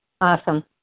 Awesome